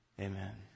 Amen